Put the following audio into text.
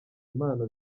impano